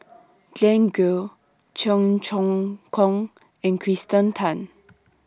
Glen Goei Cheong Choong Kong and Kirsten Tan